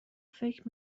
فکر